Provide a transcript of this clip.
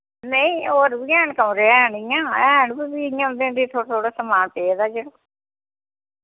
नेईं और बी हैन कमरे हैन इ'य्यां हैन वा फ्ही इ'य्यां उं'दे फ्ही थोह्ड़ा थोह्ड़ा समान पेदा चलो